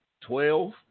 twelve